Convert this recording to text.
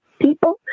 people